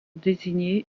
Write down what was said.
désigné